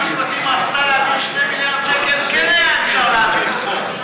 כששרת המשפטים רצתה להעביר 2 מיליארד שקל כן היה אפשר להעביר חוק.